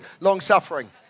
long-suffering